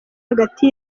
hagati